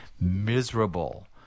miserable